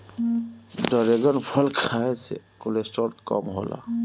dragon फल खाए से कोलेस्ट्राल कम होला